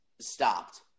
stopped